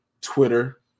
twitter